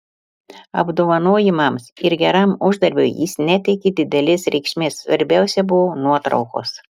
apdovanojimams ir geram uždarbiui jis neteikė didelės reikšmės svarbiausia buvo nuotraukos